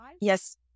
yes